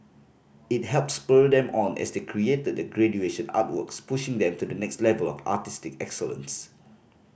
it helped spur them on as they created their graduation artworks pushing them to the next level of artistic excellence